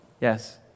Yes